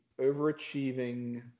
overachieving